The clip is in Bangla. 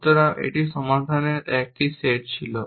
সুতরাং এটি সমাধানের একটি সেট ছিল